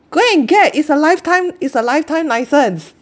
go and get is a lifetime is a lifetime license